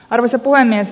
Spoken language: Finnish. arvoisa puhemies